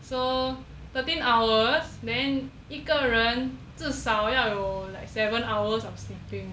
so thirteen hours then 一个人至少要有 like seven hours of sleeping